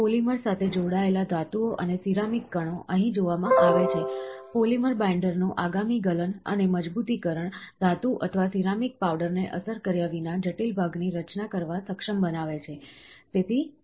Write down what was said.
polymer સાથે જોડાયેલા ધાતુઓ અને સિરામિક કણો અહીં જોવામાં આવે છે પોલિમર બાઈન્ડરનું આગામી ગલન અને મજબૂતીકરણ ધાતુ અથવા સિરામિક પાવડરને અસર કર્યા વિના જટિલ ભાગની રચના કરવા સક્ષમ બનાવે છે તેથી કણો છે